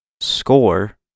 score